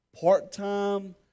Part-time